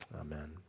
Amen